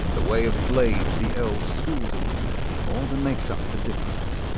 the way of blades the elves schooled him in more than makes up the difference.